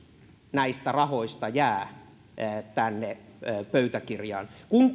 näistä rahoista jää pöytäkirjaan kun